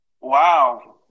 Wow